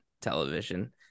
television